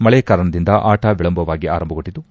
ಮಳೆ ಕಾರಣದಿಂದ ಆಟ ವಿಳಂಬವಾಗಿ ಆರಂಭಗೊಂಡಿತು